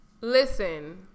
Listen